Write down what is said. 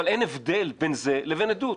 אבל אין הבדל בין זה לבין עדות.